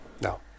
No